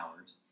hours